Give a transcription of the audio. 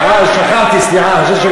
אה, שכחתי, סליחה.